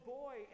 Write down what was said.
boy